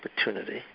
opportunity